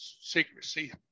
secrecy